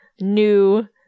new